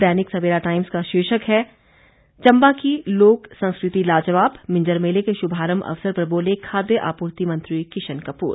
दैनिक Savera times का शीर्षक है चम्बा की लोक संस्कृति लाजवाब मिंजर मेले के शुभारम्भ अवसर पर बोले खाद्य आपूर्ति मंत्री किशन कपूर